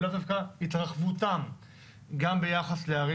לאו דווקא התרחבותם גם ביחס לערים